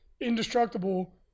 indestructible